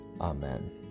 amen